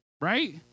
right